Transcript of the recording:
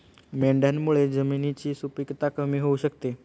मेंढ्यांमुळे जमिनीची सुपीकता कमी होऊ शकते